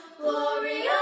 Gloria